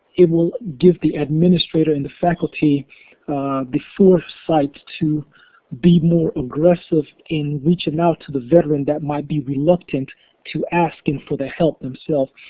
it will give the administrator and the faculty the foresight to be more aggressive in reaching out to the veteran that might be reluctant to asking for that help themselves.